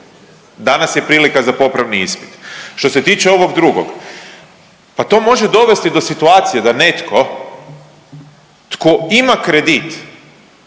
Danas je prilika za popravni ispit. Što se tiče ovog drugog, pa to može dovesti do situacije da netko tko ima kredit